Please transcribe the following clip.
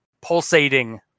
pulsating